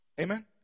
Amen